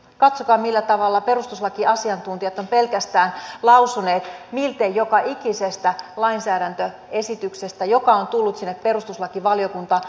katsokaa millä tavalla perustuslakiasiantuntijat ovat pelkästään lausuneet miltei joka ikisestä lainsäädäntöesityksestä joka on tullut sinne perustuslakivaliokuntaan